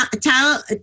tell